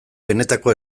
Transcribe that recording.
benetako